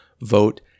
vote